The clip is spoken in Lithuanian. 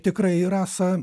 tikrai rasa